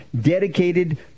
dedicated